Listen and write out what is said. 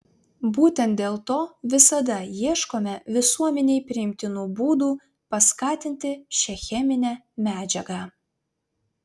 būtent dėl to visada ieškome visuomenei priimtinų būdų paskatinti šią cheminę medžiagą